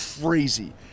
crazy